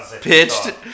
pitched